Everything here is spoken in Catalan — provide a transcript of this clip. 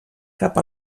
cap